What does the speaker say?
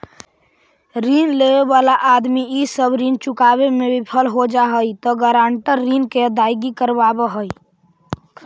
ऋण लेवे वाला आदमी इ सब ऋण चुकावे में विफल हो जा हई त गारंटर ऋण के अदायगी करवावऽ हई